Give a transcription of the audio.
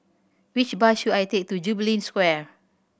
which bus should I take to Jubilee Square